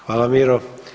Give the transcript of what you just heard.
Hvala Miro.